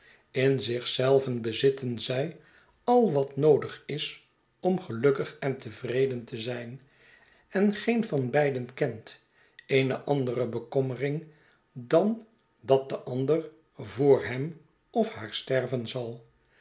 in zich zelven bezitten zij al wat noodig is om gelukkig en tevreden te zijn en geen van beiden kent eene andere bekommering dan dat de ander voor hem of haar sterven zal